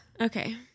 okay